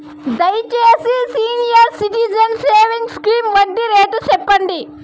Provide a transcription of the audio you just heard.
దయచేసి senior citizens savings scheme వడ్డీ rate సెప్పండి